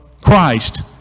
Christ